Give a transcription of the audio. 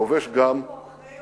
כובש גם ממשלות.